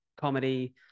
comedy